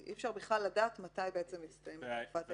אי אפשר בכלל לדעת מתי תסתיים תקופת התיישנות.